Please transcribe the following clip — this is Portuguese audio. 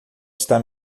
está